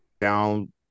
down